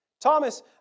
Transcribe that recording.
Thomas